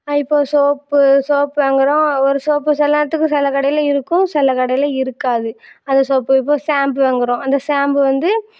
அது இப்போ soap soap வாங்கிறோம் ஒரு சோப்பு சில நேரத்துக்கு சில கடையில் இருக்கும் சில கடையில் இருக்காது அந்த சோப்பு இப்போ ஷாம்பு வாங்கிறோம் அந்த ஷாம்பு வந்து